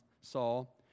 Saul